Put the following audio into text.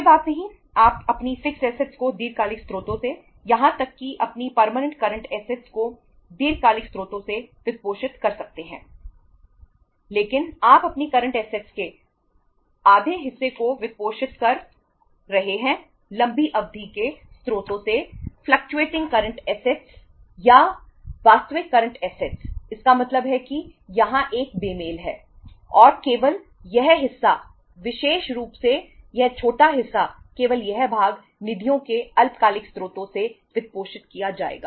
कोई बात नहीं आप अपनी फिक्स्ड ऐसेटस इसका मतलब है कि यहां एक बेमेल है और केवल यह हिस्सा विशेष रूप से यह छोटा हिस्सा केवल यह भाग निधियों के अल्पकालिक स्रोत से वित्तपोषित किया जाएगा